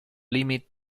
limit